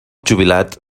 jubilat